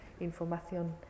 información